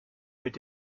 mit